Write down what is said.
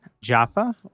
Jaffa